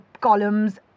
columns